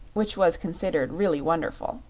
which was considered really wonderful.